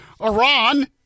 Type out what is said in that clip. Iran